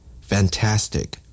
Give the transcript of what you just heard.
Fantastic